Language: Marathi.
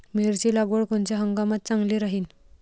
मिरची लागवड कोनच्या हंगामात चांगली राहीन?